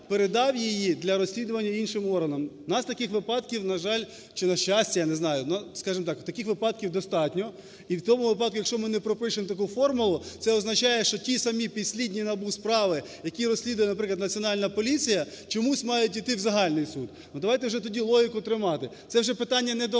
передав її для розслідування іншим органам. У нас таких випадків, на жаль, чи на щастя, не знаю, скажімо так, таких випадків достатньо. І в тому випадку, якщо ми не пропишемо таку формулу, це означає, що ті самі підслідні НАБУ справи, які розслідує, наприклад, Національна поліція, чомусь мають йти в загальний суд. Ну, давайте вже тоді логіку тримати. Це вже питання не до закону,